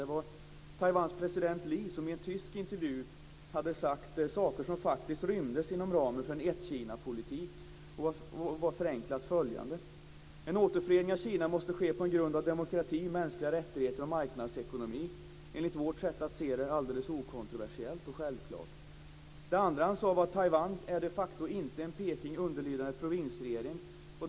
Det var Taiwans president Lee som i en tysk intervju hade sagt saker som faktiskt rymdes inom ramen för en ett Kina-politik. Förenklat sade han följande: En återförening av Kina måste ske på en grund av demokrati, mänskliga rättigheter och marknadsekonomi. Det är något som enligt vårt sätt att se det är alldeles okontroversiellt och självklart. Det andra han sade var att Taiwan de facto inte är en Peking underlydande provinsregering.